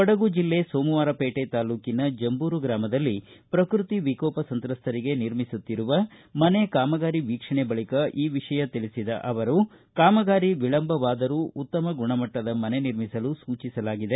ಕೊಡಗು ಜಿಲ್ಲೆ ಸೋಮವಾರಪೇಟೆ ತಾಲ್ಲೂಕಿನ ಜಂಬೂರು ಗ್ರಾಮದಲ್ಲಿ ಪ್ರಕೃತಿ ವಿಕೋಪ ಸಂತ್ರಸ್ತರಿಗೆ ನಿರ್ಮಿಸುತ್ತಿರುವ ಮನೆ ಕಾಮಗಾರಿ ವೀಕ್ಷಣೆ ಬಳಿಕ ಈ ವಿಷಯ ತಿಳಿಸಿದ ಅವರು ಕಾಮಗಾರಿ ವಿಳಂಬವಾದರೂ ಉತ್ತಮ ಗುಣಮಟ್ಟದ ಮನೆ ನಿರ್ಮಿಸಲು ಸೂಚಿಸಲಾಗಿದೆ